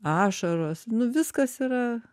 ašaros nu viskas yra